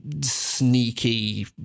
sneaky